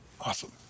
Awesome